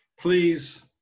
Please